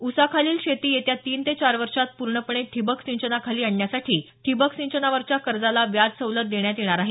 ऊसाखालील शेती येत्या तीन ते चार वर्षात पूर्णपणे ठिबक सिंचनाखाली आणण्यासाठी ठिबक सिंचनावरच्या कर्जाला व्याज सवलत देण्यात येणार आहे